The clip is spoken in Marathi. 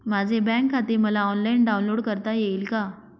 माझे बँक खाते मला ऑनलाईन डाउनलोड करता येईल का?